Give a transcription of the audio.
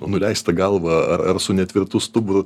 nuleista galva ar ar su netvirtu stuburu